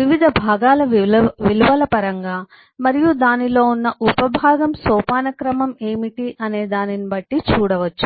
వివిధ భాగాల విలువల పరంగా మరియు దానిలో ఉన్న ఉప భాగం సోపానక్రమం ఏమిటి అనే దానిని బట్టి చూడవచ్చు